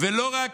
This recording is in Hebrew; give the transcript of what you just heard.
ולא רק,